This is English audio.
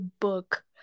book